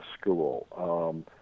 school